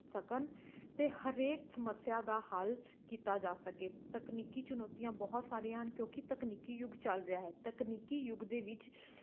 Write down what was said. ਸਕਣ ਅਤੇ ਹਰੇਕ ਸਮੱਸਿਆ ਦਾ ਹੱਲ ਕੀਤਾ ਜਾ ਸਕੇ ਤਕਨੀਕੀ ਚੁਣੌਤੀਆਂ ਬਹੁਤ ਸਾਰੀਆਂ ਹਨ ਕਿਉਂਕਿ ਤਕਨੀਕੀ ਯੁੱਗ ਚੱਲ ਰਿਹਾ ਹੈ ਤਕਨੀਕੀ ਯੁੱਗ ਦੇ ਵਿੱਚ